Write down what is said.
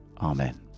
Amen